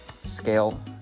scale